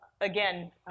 Again